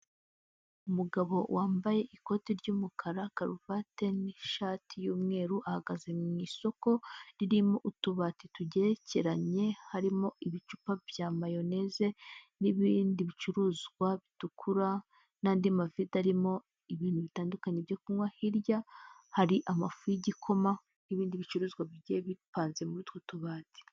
Umugabo wambaye ikoti ry'umukara karuvati n'ishati y'umweru ahagaze mu isoko ririmo utubati tugerekeranye harimo ibicupa bya mayoneze n'ibindi bicuruzwa bitukura n'andi mavide arimo ibintu bitandukanye byo kunywa hirya hari amafu y'igikoma n'ibindi bicuruzwa bigiye bipanze muri utwo tubati.